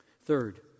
Third